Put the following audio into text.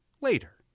later